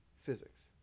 physics